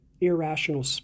irrational